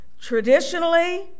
Traditionally